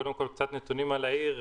קודם כל קצת נתונים על העיר,